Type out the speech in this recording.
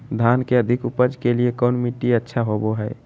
धान के अधिक उपज के लिऐ कौन मट्टी अच्छा होबो है?